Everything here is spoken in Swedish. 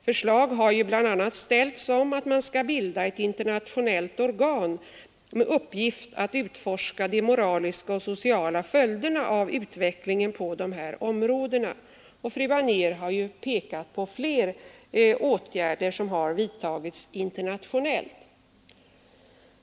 Förslag har bl.a. ställts om att man skall bilda ett internationellt organ med uppgift att utforska de moraliska och sociala följderna av utvecklingen på de här områdena, och fru Anér har pekat på flera åtgärder som har vidtagits internationellt.